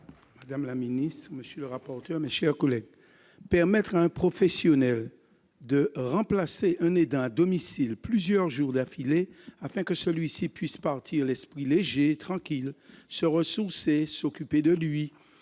madame la secrétaire d'État, mes chers collègues, permettre à un professionnel de remplacer un aidant à domicile plusieurs jours d'affilée, afin que celui-ci puisse partir l'esprit léger et tranquille, se ressourcer, s'occuper de lui,